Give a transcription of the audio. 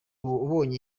ubonye